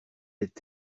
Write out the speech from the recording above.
est